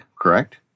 correct